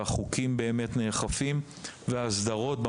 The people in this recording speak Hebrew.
שהחוקים באמת נאכפים בה ושההסדרות אכן